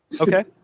Okay